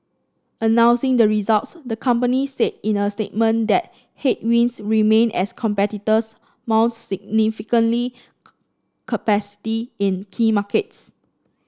announcing the results the company said in a statement that headwinds remain as competitors mount significantly capacity in key markets